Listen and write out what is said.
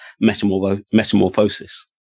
metamorphosis